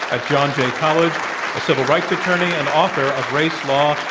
at john jay college, a civil rights attorney, and author of race, law,